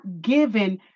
given